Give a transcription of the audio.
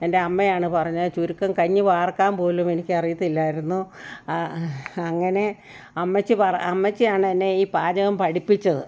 എൻ്റെ അമ്മയാണ് പറഞ്ഞത് ചുരുക്കം കഞ്ഞി വാർക്കാൻ പോലും എനിക്ക് അറിയത്തില്ലായിരുന്നു അ അങ്ങനെ അമ്മച്ചി പറ അമ്മച്ചിയാണ് എന്നെ ഈ പാചകം പഠിപ്പിച്ചത്